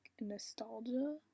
nostalgia